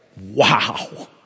wow